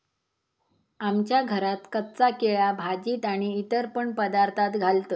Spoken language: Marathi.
आमच्या घरात कच्चा केळा भाजीत आणि इतर पण पदार्थांत घालतत